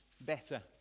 better